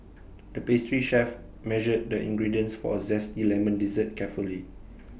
the pastry chef measured the ingredients for A Zesty Lemon Dessert carefully